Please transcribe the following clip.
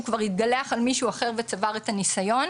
כבר התגלח על מישהו אחר וצבר את הניסיון.